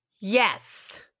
Yes